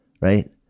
right